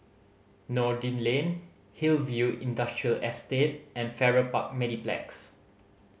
Noordin Lane Hillview Industrial Estate and Farrer Park Mediplex